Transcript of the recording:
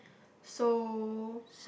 so